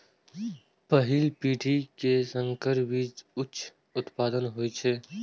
पहिल पीढ़ी के संकर बीज सं उच्च उत्पादन होइ छै